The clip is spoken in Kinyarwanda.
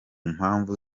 mpamvu